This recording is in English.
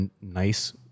nice